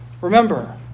Remember